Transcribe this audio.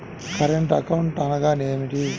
Current account అనగా ఏమిటి?